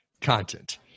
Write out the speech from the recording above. content